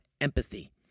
empathy